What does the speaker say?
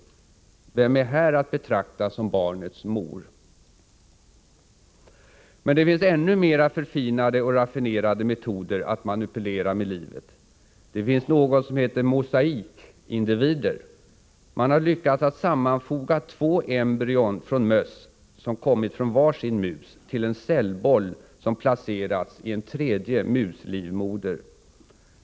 Vem är här att betrakta som barnets mor? Men det finns ännu mer förfinade och raffinerade metoder att manipulera med livet. Det finns något som heter mosaikindivider. Man har lyckats att sammanfoga embryon från möss, som kommit från varsin mus, till en cellboll som placerats i en tredje muslivmoder.